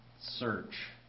search